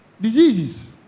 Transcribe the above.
diseases